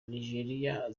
nijeriya